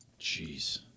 Jeez